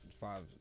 five